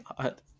God